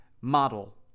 model